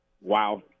Wow